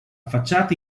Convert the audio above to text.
facciata